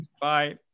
Bye